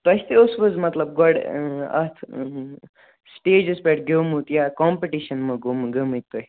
تۅہہِ تہِ اوسوٕ حظ مطلب گۄڈٕ اَتھ سِٹیجس پٮ۪ٹھ گٮ۪ومُت یا کامپٕٹِشن ما گوم گٲمِتۍ تۅہہِ